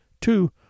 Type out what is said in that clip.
two